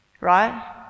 Right